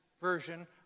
version